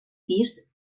pis